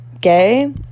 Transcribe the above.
gay